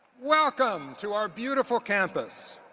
welcome to our beautiful campus.